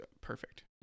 perfect